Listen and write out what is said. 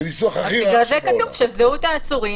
בניסוח הכי --- בגלל זה כתוב ש "זהות העצורים